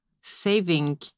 saving